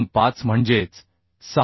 25 म्हणजेच 6